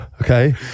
okay